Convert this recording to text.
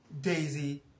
Daisy